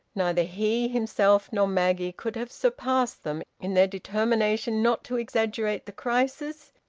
neither he himself nor maggie could have surpassed them in their determination not to exaggerate the crisis,